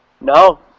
No